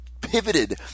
pivoted